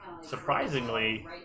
surprisingly